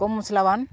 ᱠᱚᱢ ᱢᱚᱥᱞᱟᱣᱟᱱ